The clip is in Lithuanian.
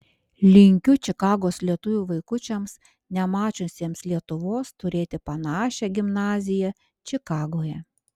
linkiu čikagos lietuvių vaikučiams nemačiusiems lietuvos turėti panašią gimnaziją čikagoje